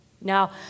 now